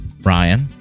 Ryan